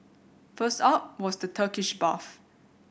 first up was the Turkish bath